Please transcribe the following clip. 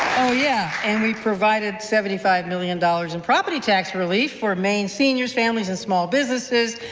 oh yeah, and we provided seventy five million dollars in property tax relief for maine seniors, families and small businesses,